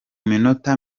minota